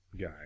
guy